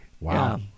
Wow